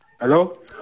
Hello